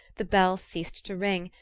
the bell ceased to ring,